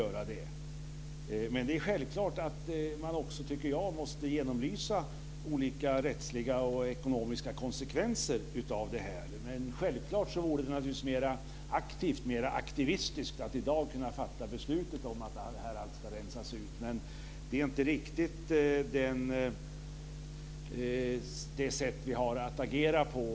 Men jag tycker också att det är självklart att man måste genomlysa olika rättsliga och ekonomiska konsekvenser av det här. Självklart vore det mera aktivistiskt att i dag fatta beslutet om att allt det här ska rensas ut, men det är inte riktigt det sätt som vi har att agera på.